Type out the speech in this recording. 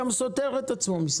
משרד התחבורה גם סותר את עצמו,